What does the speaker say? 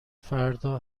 فردا